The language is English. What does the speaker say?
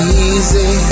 easy